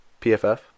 PFF